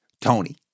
Tony